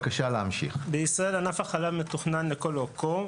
בישראל ענף החלב מתוכנן לכל אורכו.